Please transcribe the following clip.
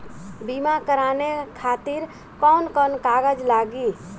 बीमा कराने खातिर कौन कौन कागज लागी?